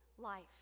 life